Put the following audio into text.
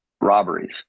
robberies